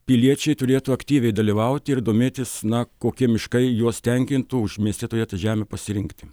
piliečiai turėtų aktyviai dalyvauti ir domėtis na kokie miškai juos tenkintų už mieste turėtą žemę pasirinkti